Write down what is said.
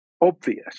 Obvious